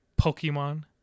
Pokemon